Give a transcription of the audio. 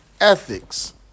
ethics